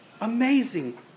Amazing